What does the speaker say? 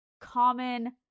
common